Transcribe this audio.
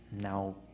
now